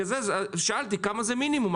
לכן שאלתי מה הוא המינימום.